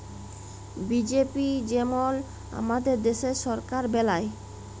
BJP যেমল আমাদের দ্যাশের সরকার বেলায়